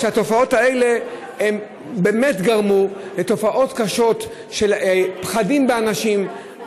כשהתופעות כאלה באמת גרמו לתופעות קשות של פחדים של אנשים,